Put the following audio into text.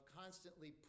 constantly